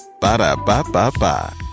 Ba-da-ba-ba-ba